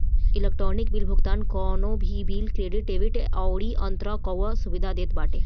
electronic bill भुगतान कवनो भी बिल, क्रेडिट, डेबिट अउरी अंतरण कअ सुविधा देत बाटे